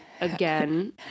again